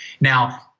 Now